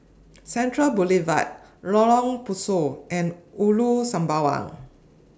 Central Boulevard Lorong Pasu and Ulu Sembawang